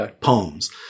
poems